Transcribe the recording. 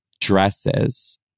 dresses